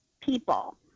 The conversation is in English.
people